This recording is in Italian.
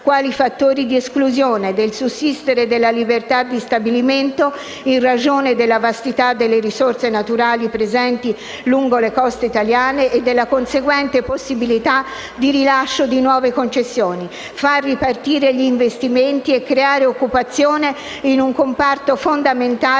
quali fattori di esclusione, del sussistere della libertà di stabilimento in ragione della vastità delle risorse naturali presenti lungo le coste italiane e della conseguente possibilità di rilascio di nuove concessioni; far ripartire gli investimenti e creare occupazione in un comparto fondamentale per